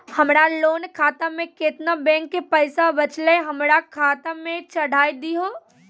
हमरा लोन खाता मे केतना बैंक के पैसा बचलै हमरा खाता मे चढ़ाय दिहो?